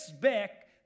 back